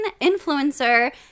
influencer